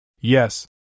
Yes